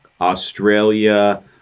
Australia